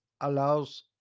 allows